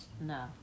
No